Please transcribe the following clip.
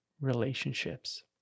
relationships